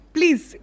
Please